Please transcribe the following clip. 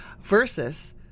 versus